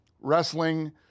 wrestling